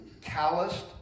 Calloused